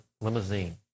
limousine